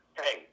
hey